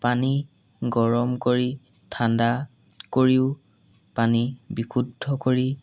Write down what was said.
পানী গৰম কৰি ঠাণ্ডা কৰিও পানী বিশুদ্ধ কৰি